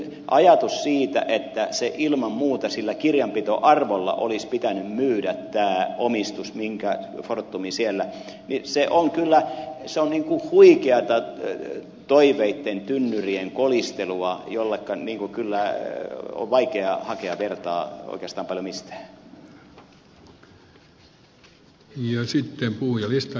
ajatus siitä että ilman muuta sillä kirjanpitoarvolla olisi pitänyt myydä tämä omistus minkä fortum siellä omistaa on kyllä huikeata toiveitten tynnyrien kolistelua jolle kyllä on vaikea hakea vertaa oikeastaan paljon mistään